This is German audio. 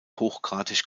hochgradig